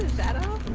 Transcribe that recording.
shadow,